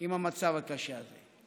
עם המצב הקשה הזה.